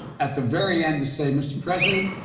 at the very end, to say, mr. president,